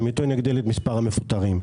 והמיתון יגדיל את מספר המפוטרים.